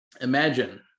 Imagine